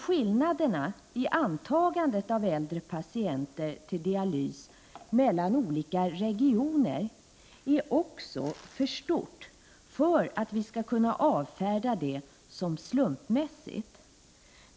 Skillnaderna i antagandet av äldre patienter till dialys mellan olika regioner är också för stora för att vi skall kunna avfärda dem som slumpmässiga.